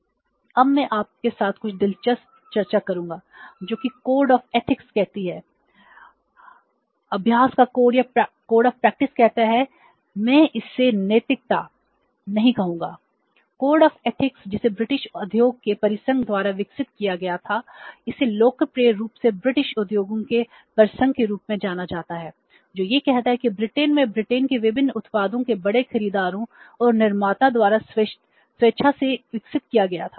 I अब मैं आपके साथ कुछ दिलचस्प चर्चा करूंगा जो कि कोड ऑफ एथिक्स जिसे ब्रिटिश उद्योगों के परिसंघ द्वारा विकसित किया गया था इसे लोकप्रिय रूप से ब्रिटिश उद्योगों के परिसंघ के रूप में जाना जाता है जो यह कहता है कि ब्रिटेन में ब्रिटेन के विभिन्न उत्पादों के बड़े खरीदारों और निर्माताओं द्वारा स्वेच्छा से विकसित किया गया था